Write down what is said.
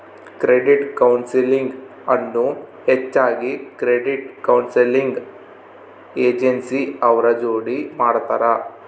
credit counselling ಅನ್ನು ಹೆಚ್ಚಾಗಿ credit counselling agency ಅವ್ರ ಜೋಡಿ ಮಾಡ್ತರ